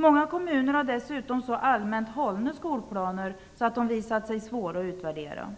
Många kommuner har dessutom så allmänt hållna skolplaner att de visat sig svåra att utvärdera.